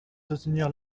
soutenir